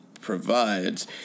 provides